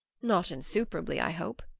not insuperably, i hope.